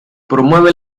promueve